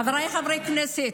חבריי חברי הכנסת,